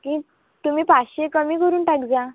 fee तुम्ही पाचशे कमी करून टाक जा